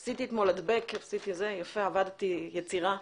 עשיתי אתמול הדבק, עבדתי ביצירה